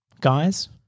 guys